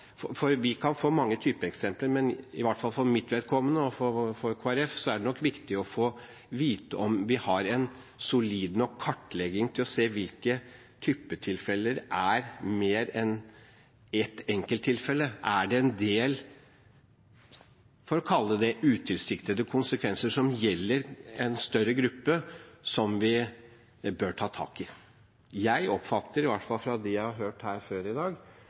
for vi kan få mange typeeksempler, men i hvert fall for mitt og Kristelig Folkepartis vedkommende er det nok viktig å få vite – om vi har en solid nok kartlegging til å se hvilke typetilfeller som gjelder mer enn ett enkelt tilfelle. Er det en del – for å kalle det det – utilsiktede konsekvenser som gjelder en større gruppe, som vi bør ta tak i? Jeg oppfatter, i hvert fall ut fra det jeg har hørt før her i dag,